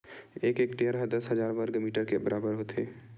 एक हेक्टेअर हा दस हजार वर्ग मीटर के बराबर होथे